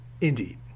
Indeed